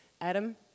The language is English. Adam